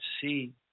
see